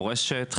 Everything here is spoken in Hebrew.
מורשת,